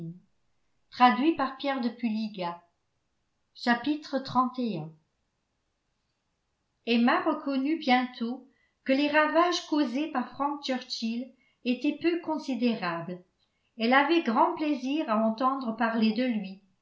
emma reconnut bientôt que les ravages causés par frank churchill étaient peu considérables elle avait grand plaisir à entendre parler de lui